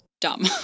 dumb